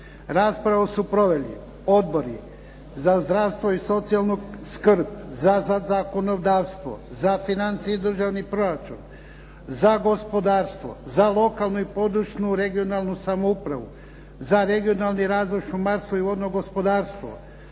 Raspravu su proveli Odbori za zdravstvo i socijalnu skrb, za zakonodavstvo, za financije i državni proračun, za gospodarstvo, za lokalnu i područnu (regionalnu) samoupravu, za regionalni razvoj šumarstva i vodnog gospodarstvo,